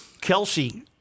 Kelsey